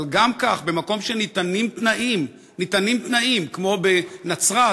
אבל גם כך, במקום שניתנים תנאים, כמו בנצרת,